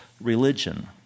religion